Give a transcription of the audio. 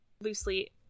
loosely